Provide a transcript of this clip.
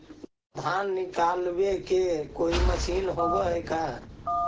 धान निकालबे के कोई मशीन होब है का?